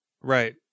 right